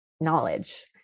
knowledge